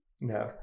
No